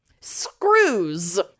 Screws